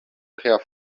care